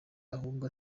ahubwo